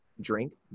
drink